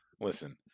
listen